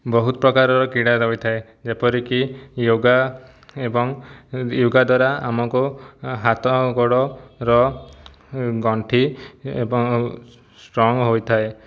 ବହୁତ ପ୍ରକାରର କ୍ରୀଡ଼ା ରହିଥାଏ ଯେପରିକି ୟୋଗା ଏବଂ ୟୋଗା ଦ୍ୱାରା ଆମକୁ ହାତ ଗୋଡ଼ର ଗଣ୍ଠି ଏବଂ ଷ୍ଟ୍ରଙ୍ଗ ହୋଇଥାଏ